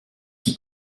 qui